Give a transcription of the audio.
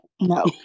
no